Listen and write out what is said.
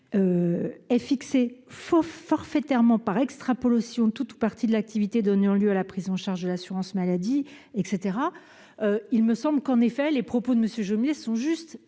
est fixé faut forfaitairement par extrapolation tout ou partie de l'activité d'lieu à la prise en charge de l'assurance maladie et caetera, il me semble qu'en effet, les propos de monsieur sont justes,